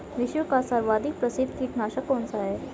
विश्व का सर्वाधिक प्रसिद्ध कीटनाशक कौन सा है?